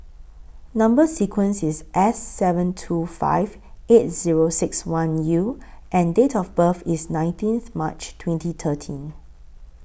Number sequence IS S seven two five eight Zero six one U and Date of birth IS nineteenth March twenty thirteen